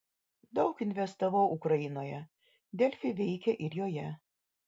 daug investavau ukrainoje delfi veikia ir joje